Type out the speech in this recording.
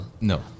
No